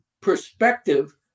perspective